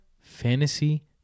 fantasy